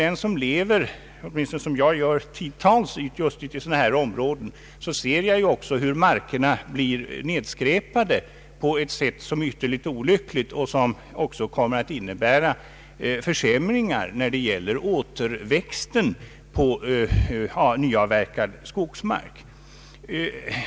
Den som i likhet med mig åtminstone en del av året vistas ute på landet ser ofta hur markerna efter en avverkning blir nedskräpade på ett sätt som är ytterligt olyckligt och som kommer att innebära försämringar även när det gäller återväxten på nyavverkad skogsmark.